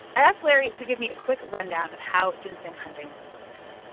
i ask larry to give me a quick rundown of how ginseng hunting works.